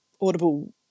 audible